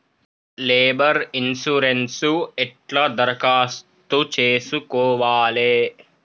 Labour insurance ఎట్ల దరఖాస్తు చేసుకోవాలే?